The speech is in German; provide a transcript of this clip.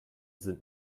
sind